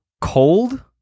cold